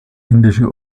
indische